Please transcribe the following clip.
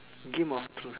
game of thrones